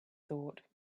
thought